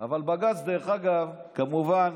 אבל בג"ץ, דרך אגב, כמובן